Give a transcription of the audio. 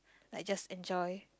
like just enjoy